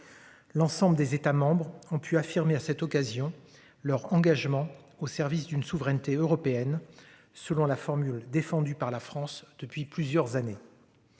L'ensemble des États ont pu affirmer à cette occasion leur engagement au service d'une souveraineté européenne, selon la formule défendue par la France depuis plusieurs années.